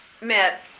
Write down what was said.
met